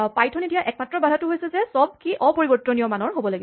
পাইথনে দিয়া একমাত্ৰ বাধাটো হৈছে যে চব কীচাবিঅপৰিবৰ্তনীয় মানৰ হ'ব লাগিব